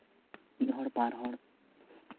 ᱢᱤᱫ ᱦᱚᱲ ᱵᱟᱨ ᱦᱚᱲ